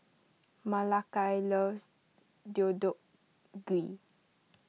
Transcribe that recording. Malakai loves Deodeok Gui